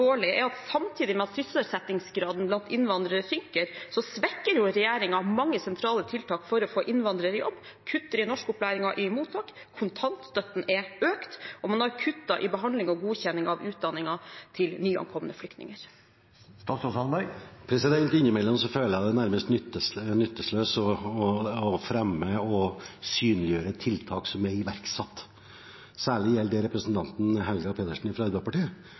er at samtidig med at sysselsettingsgraden blant innvandrere synker, svekker regjeringen mange sentrale tiltak for å få innvandrere i jobb, kutter i norskopplæringen i mottakene, kontantstøtten er økt, og man har kuttet i behandling og godkjenning av utdanningen til nyankomne flyktninger. Innimellom føler jeg det nærmest er nytteløst å fremme og synliggjøre tiltak som er iverksatt. Særlig gjelder det representanten Helga Pedersen fra Arbeiderpartiet,